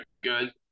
good